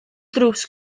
drws